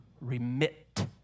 remit